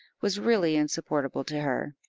was really insupportable to her.